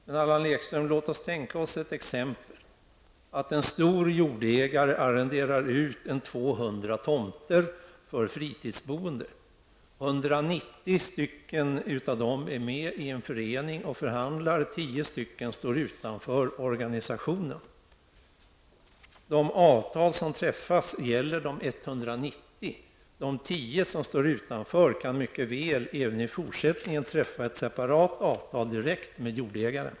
Men Allan Ekström, låt oss tänka oss exemplet att en stor jordägare arrenderar ut 200 tomter för fritidsboende. 190 av dessa arrendatorer är med i en förening och förhandlar, och 10 står utanför organisationen. Det avtal som träffas gäller de 190. De 10 som står utanför kan mycket väl även i fortsättningen träffa ett separat avtal direkt med jordägaren.